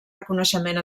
reconeixement